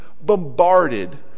bombarded